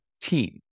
team